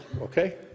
okay